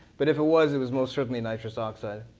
but if it was, it was most certainly nitrous oxide.